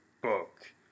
book